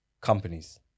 companies